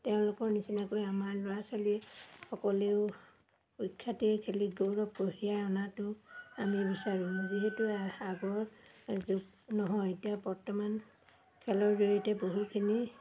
তেওঁলোকৰ নিচিনাকৈ আমাৰ ল'ৰা ছোৱালীসকলেও পৰীক্ষাতে খেলি গৌৰৱ কঢ়িয়াই অনাটো আমি বিচাৰোঁ যিহেতু আগৰ যুগ নহয় এতিয়া বৰ্তমান খেলৰ জৰিয়তে বহুখিনি